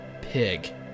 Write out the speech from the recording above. pig